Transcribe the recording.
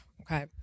Okay